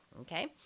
Okay